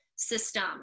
system